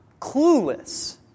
clueless